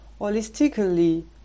holistically